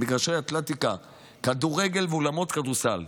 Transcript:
מגרשי אתלטיקה וכדורגל ואולמות כדורסל.